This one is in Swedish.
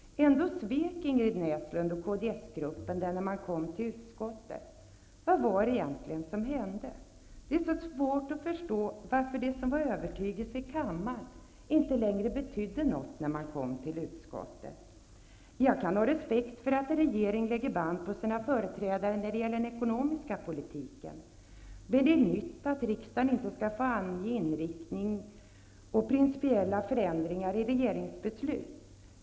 Ändå svek Ingrid Näslund och kds-gruppen sin övertygelse när man kom till utskottet. Vad var det egentligen som hände? Det är så svårt att förstå varför det som var övertygelse i kammaren inte längre betydde något när frågan kom tillbaka till utskottet. Jag kan ha respekt för att en regering lägger band på sina företrädare när det gäller den ekonomiska politiken. Men det är nytt att riksdagen inte skall få ange inriktning och principiella förändringar i regeringsbeslut.